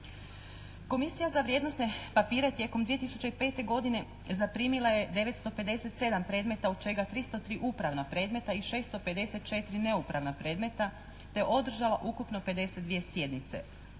Komisija za vrijednosne papire tijekom 2005. godine zaprimila je 957 predmeta od čega 303 upravna predmeta i 654 neupravna predmeta te održala ukupno 52 sjednice.